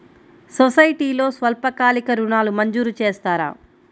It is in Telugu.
సొసైటీలో స్వల్పకాలిక ఋణాలు మంజూరు చేస్తారా?